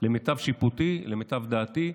למיטב שיפוטי, למיטב דעתי,